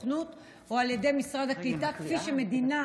ברצוני לשאול: 1. מה עושה משרד העלייה כדי לפקח על עמותה זו?